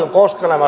kysyn